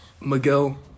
miguel